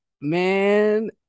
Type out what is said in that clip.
man